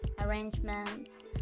arrangements